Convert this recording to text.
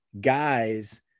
guys